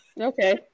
Okay